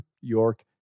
york